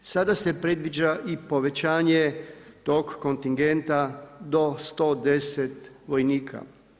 Sada se predviđa povećanje tog kontingenta do 110 vojnika.